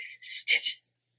stitches